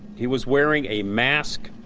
he was wearing a mask,